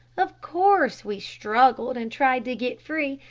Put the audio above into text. of course we struggled and tried to get free,